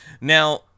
Now